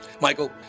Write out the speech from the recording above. Michael